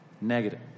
Negative